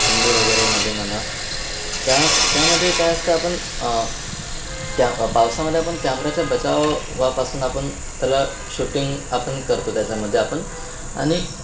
थंडी वगैरेमध्ये म्हणा त्या त्यामध्ये काय असतं आपण त्या पावसामध्ये आपण कॅमऱ्याच्या बचावापासून आपण त्याला शूटिंग आपण करतो त्याच्यामध्ये आपण आणि